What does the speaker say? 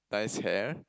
nice hair